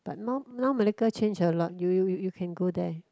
but now now Malacca change a lot you you you can go there